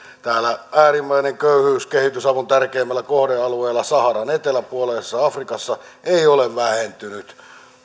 äärimmäinen köyhyys kehitysavun tärkeimmällä kohdealueella saharan eteläpuoleisessa afrikassa ei ole vähentynyt hän